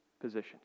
positions